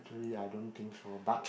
really I don't think so but